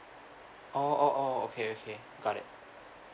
oh oh oh okay okay got it